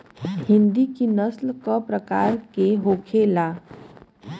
हिंदी की नस्ल का प्रकार के होखे ला?